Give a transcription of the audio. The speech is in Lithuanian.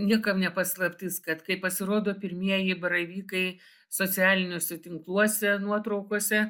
niekam ne paslaptis kad kai pasirodo pirmieji baravykai socialiniuose tinkluose nuotraukose